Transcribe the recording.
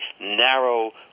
narrow